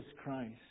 Christ